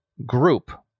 group